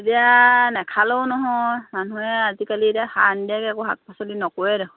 এতিয়া নাখালেও নহয় মানুহে আজিকালি এতিয়া সাৰ নিদিয়াকৈ শাক পাচলি নকৰে দেখোন